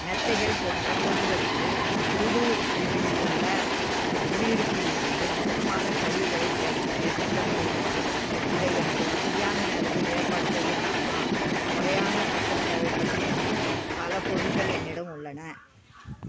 மெத்தைகள் போன்ற பொருட்களுக்கு புது தில்லியில் உள்ள எனது குடியிருப்பில் இருந்து மொத்தமாகக் கழிவுகளை சேகரிக்கத் திட்டமிட வேண்டும் இதை எனக்கு வசதியான நேரத்தில் ஏற்பாடு செய்ய முடியுமா முறையான அகற்றல் தேவைப்படும் பல பொருட்கள் என்னிடம் உள்ளன